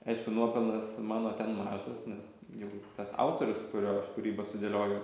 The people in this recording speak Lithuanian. aišku nuopelnas mano ten mažas nes jau tas autorius kurio aš kūrybą sudėlioju